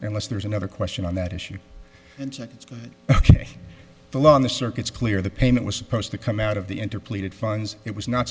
unless there's another question on that issue and it's ok the law on the circuits clear the payment was supposed to come out of the into pleaded funds it was not